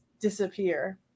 disappear